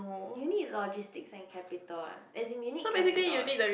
you need logistic and capital leh as in you need capital leh